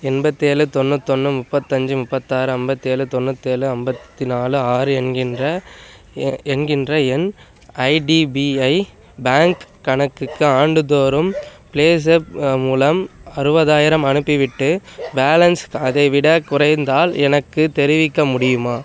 எண்பத்தேழு தொண்ணூத்தொன்று முப்பத்தஞ்சு முப்பத்தாறு ஐம்பத்தேலு தொண்ணூத்தேழு ஐம்பத்தி நாலு ஆறு என்கின்ற எ என்கின்ற என் ஐடிபிஐ பேங்க் கணக்குக்கு ஆண்டுதோறும் பிளேஸப் மூலம் அறுபதாயிரம் அனுப்பிவிட்டு பேலன்ஸ் அதைவிடக் குறைந்தால் எனக்குத் தெரிவிக்க முடியுமா